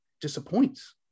disappoints